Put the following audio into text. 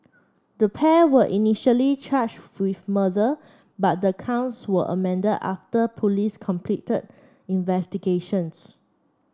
the pair were initially charged with murder but the counts were amended after police completed investigations